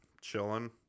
chilling